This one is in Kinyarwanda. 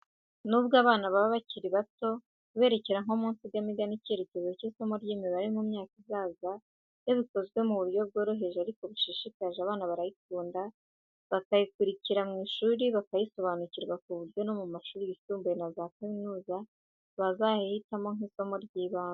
Nubwo abana baba bakiri bato, kuberekera nko mu nsigamigani, icyerekezo cy'isomo ry'imibare mu myaka izaza, iyo bikozwe mu buryo bworoheje ariko bushishikaje abana barayikunda, bakayikurikira mu ishuri, bakayisobanukirwa ku buryo no mu mashuri yisumbuye na kaminuza, bazayihitamo nk'isomo ry'ibanze.